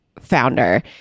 founder